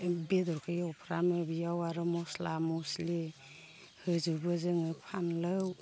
बेदरखो एवफ्रामो बियाव आरो मस्ला मस्लि होजुबो जोङो फानलौ